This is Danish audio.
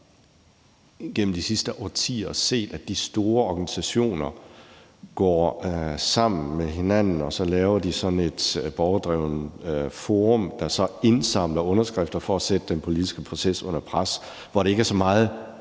igennem de sidste årtier set, at de store organisationer går sammen med hinanden for at lave sådan et borgerdrevet forum, der så indsamler underskrifter for at sætte den politiske proces under pres. Der er det ikke så meget